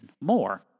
more